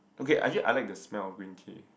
okay actually I like the smell of green tea